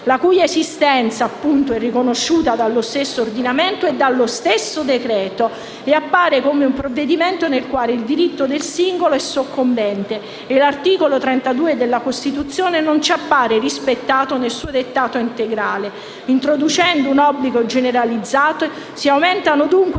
la cui esistenza è riconosciuta dallo stesso ordinamento e dallo stesso decreto-legge. Nel provvedimento in discussione, quindi, il diritto del singolo è soccombente e l'articolo 32 della Costituzione non appare rispettato nel suo dettato integrale. Introducendo un obbligo generalizzato alle